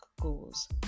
goals